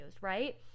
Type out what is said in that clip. right